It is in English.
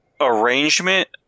arrangement